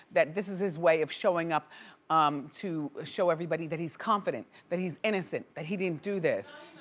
that this is his way of showing up to show everybody that he's confident, that he's innocent, that he didn't do this.